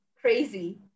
crazy